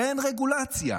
אין רגולציה.